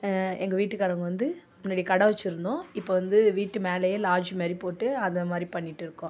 எங்கள் வீட்டுக்காரங்க வந்து முன்னாடி கடை வச்சுருந்தோம் இப்போது வந்து வீட்டு மேலேயே லார்ட்ஜ் மாதிரி போட்டு அந்த மாதிரி பண்ணிகிட்டு இருக்கோம்